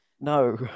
No